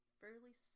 fairly